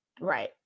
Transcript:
Right